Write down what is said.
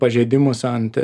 pažeidimus ant